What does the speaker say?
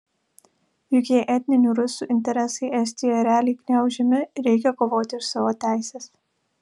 juk jei etninių rusų interesai estijoje realiai gniaužiami reikia kovoti už savo teises